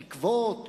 התקוות,